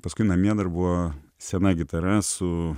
paskui namie dar buvo sena gitara su